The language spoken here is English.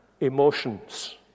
emotions